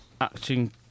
acting